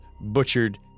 butchered